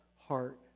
heart